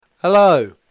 Hello